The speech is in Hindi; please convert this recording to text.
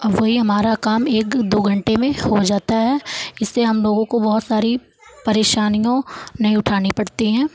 अब वही हमारा काम एक दो घंटे में हो जाता है इससे हम लोगों को बहुत सारी परेशानियाँ नहीं उठानी पड़ती है